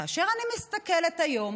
כאשר אני מסתכלת היום